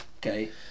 Okay